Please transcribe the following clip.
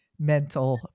mental